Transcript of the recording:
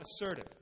assertive